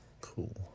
cool